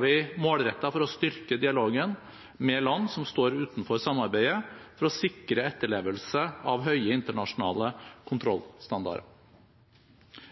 vi målrettet for å styrke dialogen med land som står utenfor samarbeidet for å sikre etterlevelse av høye internasjonale kontrollstandarder.